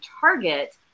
target